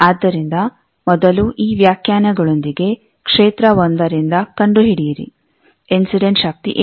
ಆದ್ದರಿಂದ ಮೊದಲು ಈ ವ್ಯಾಖ್ಯಾನಗಳೊಂದಿಗೆ ಕ್ಷೇತ್ರ 1 ರಿಂದ ಕಂಡುಹಿಡಿಯಿರಿ ಇನ್ಸಿಡೆಂಟ್ ಶಕ್ತಿ ಏನು